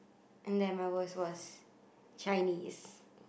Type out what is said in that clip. and then my worst was Chinese